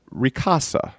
Ricasa